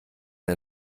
der